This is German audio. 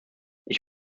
ich